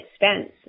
expense